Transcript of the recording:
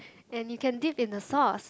and you can dip in the sauce